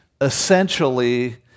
essentially